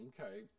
Okay